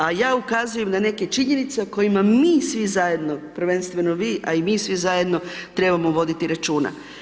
A ja ukazujem na neke činjenice, kojima mi svi zajedno, prvenstveno vi, a i mi svi zajedno trebamo voditi računa.